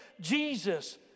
Jesus